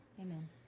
Amen